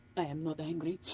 i am not angry.